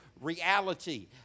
reality